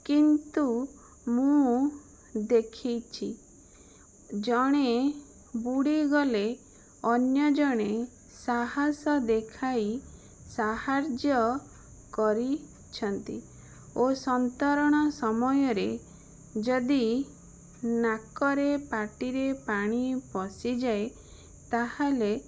କିନ୍ତୁ ମୁଁ ଦେଖିଛି ଜଣେ ବୁଡ଼ିଗଲେ ଅନ୍ୟ ଜଣେ ସାହସ ଦେଖାଇ ସାହାଯ୍ୟ କରିଛନ୍ତି ଓ ସନ୍ତରଣ ସମୟରେ ଯଦି ନାକରେ ପାଟିରେ ପାଣି ପଶିଯାଏ ତା'ହେଲେ